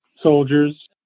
soldiers